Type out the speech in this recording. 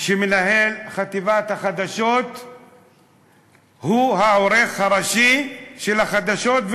שמנהל חטיבת החדשות הוא העורך הראשי של החדשות,